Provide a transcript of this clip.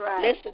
Listen